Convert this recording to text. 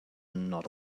not